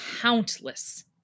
countless